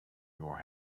your